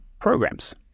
programs